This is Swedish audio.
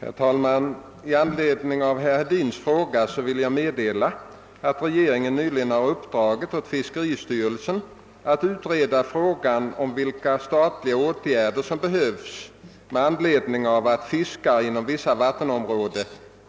Herr talman! Med anledning av herr Hedins fråga vill jag meddela att regeringen nyligen har uppdragit åt fiskeristyrelsen att utreda frågan om vilka statliga åtgärder som behövs med anledning av att fiskare inom vissa vattenområden